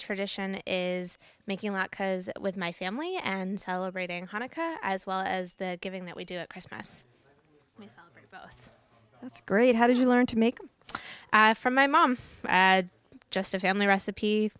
tradition is making a lot because with my family and celebrating hanukkah as well as that given that we do christmas both that's great how did you learn to make it from my mom had just a family recipe